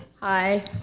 Hi